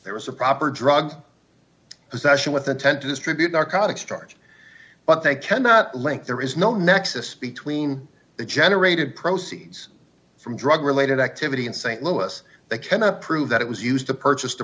there is a proper drug possession with intent to distribute narcotics charge but they cannot link there is no nexus between the generated proceeds from drug related activity in st louis they cannot prove that it was used to purchase the